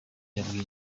yabwiye